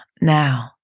Now